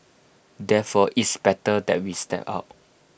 therefore it's better that we step out